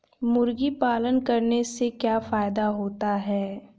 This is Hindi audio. मुर्गी पालन करने से क्या फायदा होता है?